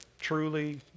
truly